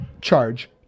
charge